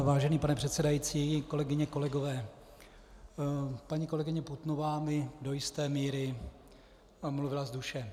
Vážený pane předsedající, kolegyně, kolegové, paní kolegyně Putnová mi do jisté míry mluvila z duše.